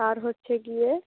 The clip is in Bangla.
আর হচ্ছে গিয়ে